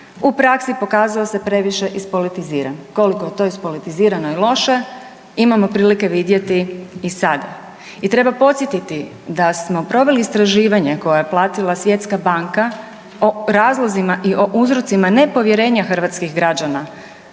u praksi pokazao se previše ispolitiziran. Koliko je to ispolitizirano i loše imamo prilike vidjeti i sada. I treba podsjetiti da smo proveli istraživanje koje je platila Svjetska banka o razlozima i o uzrocima nepovjerenja hrvatskih građana